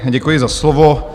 Děkuji za slovo.